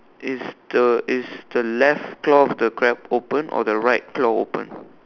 is the is the left claw of the crab open or the right claw open